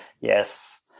Yes